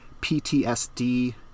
PTSD